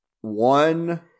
one